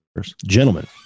Gentlemen